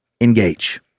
Engage